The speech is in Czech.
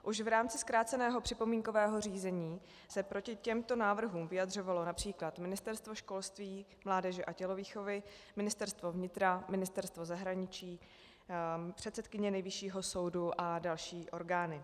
Už v rámci zkráceného připomínkového řízení se proti těmto návrhům vyjadřovalo např. Ministerstvo školství, mládeže a tělovýchovy, Ministerstvo vnitra, Ministerstvo zahraničí, předsedkyně Nejvyššího soudu a další orgány.